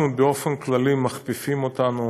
אנחנו באופן כללי מכפיפים אותנו